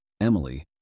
Emily